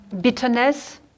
bitterness